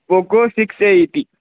Poco six A इति